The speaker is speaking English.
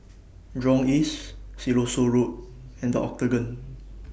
Jurong East Siloso Road and The Octagon